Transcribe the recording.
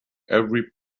every